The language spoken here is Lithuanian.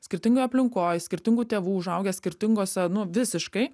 skirtingoj aplinkoj skirtingų tėvų užaugę skirtingose nu visiškai